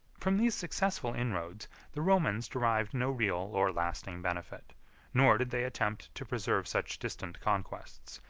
from these successful inroads the romans derived no real or lasting benefit nor did they attempt to preserve such distant conquests,